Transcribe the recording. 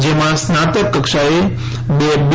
જેમાં સ્નાતક કક્ષાએ બે બી